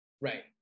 Right